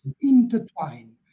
intertwine